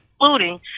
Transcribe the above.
including